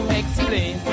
explain